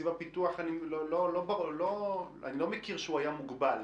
אני לא מכיר שתקציב הפיתוח היה מוגבל